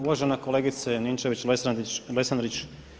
Uvažena kolegice Ninčević-Lesandrić.